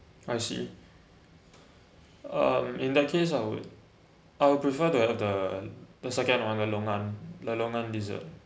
I see uh in that case I would I would prefer to have the the second [one] the longan the longan dessert